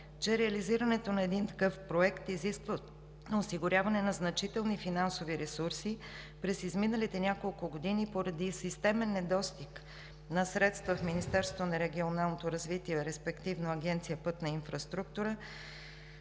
че реализирането на един такъв проект изисква осигуряване на значителни финансови ресурси. През изминалите няколко години, поради системен недостиг на средства в Министерството на регионалното развитие и благоустройството, респективно Агенция „Пътна инфраструктура“,